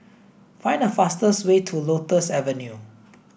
find the fastest way to Lotus Avenue